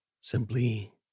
simply